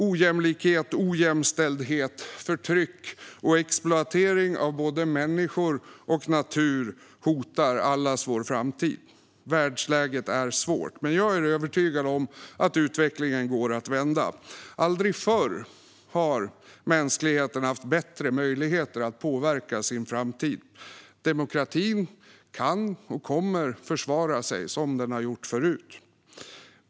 Ojämlikhet, ojämställdhet, förtryck och exploatering av både människor och natur hotar allas vår framtid. Världsläget är svårt, men jag är övertygad om att utvecklingen går att vända. Aldrig förr har mänskligheten haft bättre möjligheter att påverka sin framtid. Demokratin kan och kommer att försvara sig som den har gjort förut.